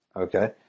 Okay